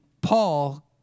Paul